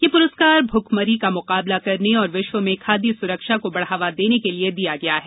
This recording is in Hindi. यह प्रस्कार भूखमरी का मुकाबला करने और विश्व में खाद्य सुरक्षा को बढावा देने के लिए दिया गया है